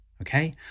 okay